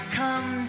come